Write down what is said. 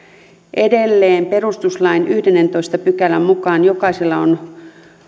edelleen perustuslain yhdennentoista pykälän mukaan jokaisella on